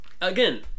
Again